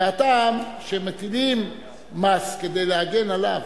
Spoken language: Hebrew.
מהטעם שמטילים מס כדי להגן עליו.